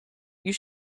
you